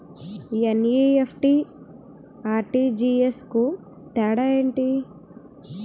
NEFT, RTGS కు తేడా ఏంటి?